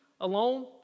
alone